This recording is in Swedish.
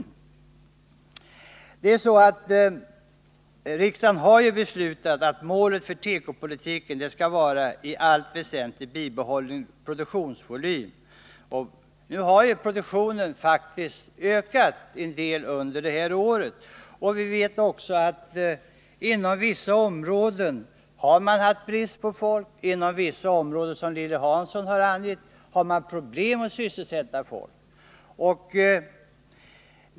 Riksdagen har beslutat att målet för tekopolitiken skall vara en i allt väsentligt bibehållen produktionsvolym. Nu har produktionen faktiskt ökat en del under detta år. Vi vet också att man inom vissa områden har haft brist på folk, medan man inom andra områden som Lilly Hansson angivit har problem med att sysselsätta folk.